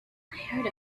heard